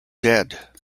dead